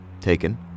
taken